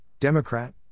Democrat